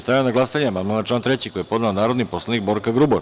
Stavljam na glasanje amandman na član 3. koji je podnela narodni poslanik Borka Grubor.